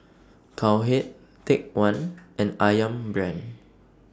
Cowhead Take one and Ayam Brand